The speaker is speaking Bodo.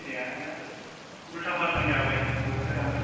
एद उल्थां फाल्थां जाबाय बोथोरानो